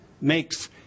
makes